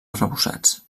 arrebossats